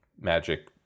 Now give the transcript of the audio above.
magic